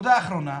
נקודה אחרונה.